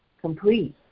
complete